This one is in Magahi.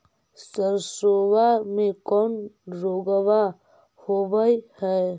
सरसोबा मे कौन रोग्बा होबय है?